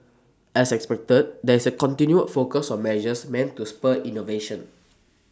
as expected there is A continued focus on measures meant to spur innovation